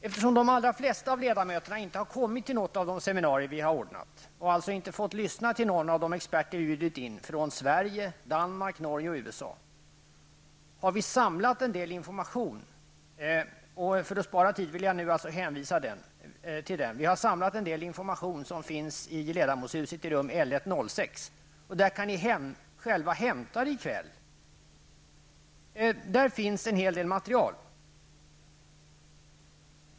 Eftersom de allra flesta ledamöter inte har kommit till något av de seminarier som vi har ordnat och inte fått lyssna till någon av de experter som vi har bjudit in från Sverige, Danmark, Norge och USA, har vi samlat en del information. För att spara tid vill jag nu hänvisa till den. Vi har samlat en del information som finns i ledamotshuset i rum LU1-06. Där kan ledamöterna själva hämta detta material i kväll. Där finns en hel del material.